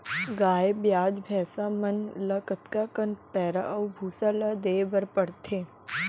गाय ब्याज भैसा मन ल कतका कन पैरा अऊ भूसा ल देये बर पढ़थे?